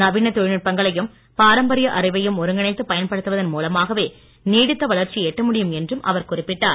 நவீனத் தொழில் நுட்பங்களையும் பாரம்பரிய அறிவையும் ஒருங்கிணைத்துப் பயன்படுத்துவதன் மூலமாகவே நீடித்த வளர்ச்சியை எட்ட முடியும் என்று அவர் குறிப்பிட்டார்